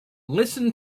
listen